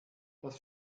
das